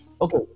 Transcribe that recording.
okay